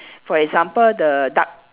for example the duck